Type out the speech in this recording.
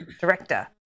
director